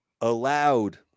Allowed